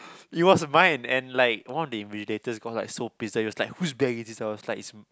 it was mine and like all the invigilators were like so pissed they were like who's bag is this i was like